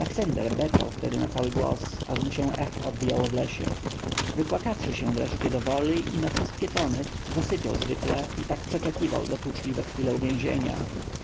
beczał wtedy na cały głos aż mu się echo odbijało w lesie wypłakawszy się wreszcie dowoli i na wszystkie tony zasypiał zwykle i tak przeczekiwał dokuczliwe chwile uwięzienia